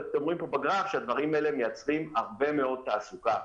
ואתם רואים פה בגרף שהדברים האלה מייצרים הרבה מאוד תעסוקה.